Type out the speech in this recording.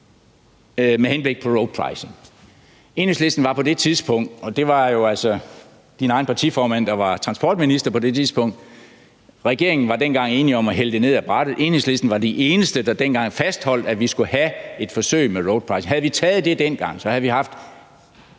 med henblik på roadpricing, og det var jo altså din egen partiformand, der var transportminister på det tidspunkt, og regeringen var dengang enige om at hælde det ned ad brættet. Enhedslisten var de eneste, der dengang fastholdt, at vi skulle have et forsøg med roadpricing. Havde vi taget det dengang, havde vi haft